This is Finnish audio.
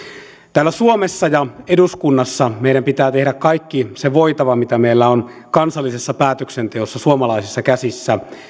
täällä suomessa ja eduskunnassa meidän pitää tehdä kaikki se voitava mitä meillä on kansallisessa päätöksenteossa suomalaisissa käsissä